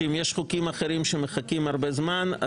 שאם יש חוקים אחרים שמחכים הרבה זמן,